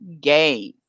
game